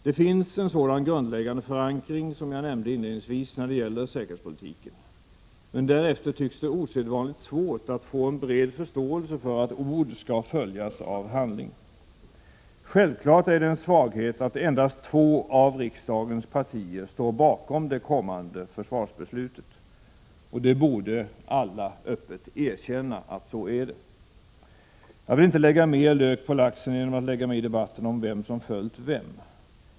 Det finns en sådan grundläggande förankring, som jag nämnde inledningsvis när det gäller säkerhetspolitiken. Men därefter tycks det vara osedvanligt svårt att få en bred förståelse för att ord skall följas av handling. Naturligtvis är det en svaghet att endast två av riksdagens partier står bakom det kommande försvarsbeslutet — det borde alla öppet erkänna. Jag vill inte lägga mer lök på laxen genom att lägga mig i debatten om vem som följt vem.